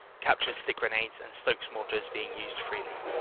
captured stick grenades and stokes mortars being used freely.